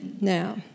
Now